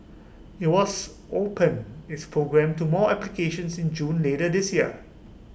IT was open its program to more applications in June later this year